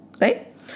right